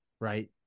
right